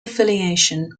affiliation